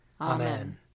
Amen